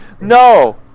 No